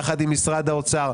יחד עם משרד האוצר,